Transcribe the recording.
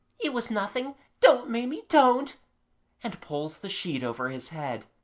it was nothing don't, maimie, don't' and pulls the sheet over his head.